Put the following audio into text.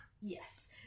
Yes